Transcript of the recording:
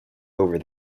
over